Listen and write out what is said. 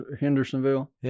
Hendersonville